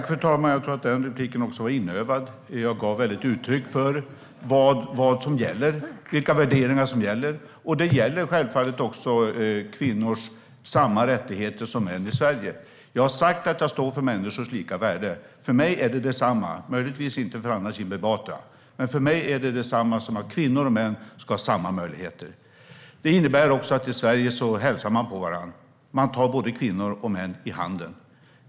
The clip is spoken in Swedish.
Fru talman! Jag tror att den repliken var inövad. Jag gav väldigt tydligt uttryck för vad som gäller, vilka värderingar som gäller. Det gäller självfallet också att kvinnor och män har samma rättigheter i Sverige. Jag har sagt att jag står för människors lika värde. För mig är det detsamma - för Anna Kinberg Batra är det möjligtvis inte det, men för mig är det detsamma - som att kvinnor och män ska ha samma möjligheter. Det innebär också att i Sverige hälsar man på varandra; man tar både kvinnor och män i hand.